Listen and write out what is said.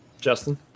Justin